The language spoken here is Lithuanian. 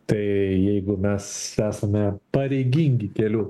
tai jeigu mes esame pareigingi kelių